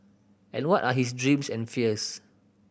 and what are his dreams and fears